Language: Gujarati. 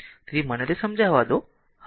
તેથી મને તેને સમજાવા દો